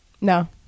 No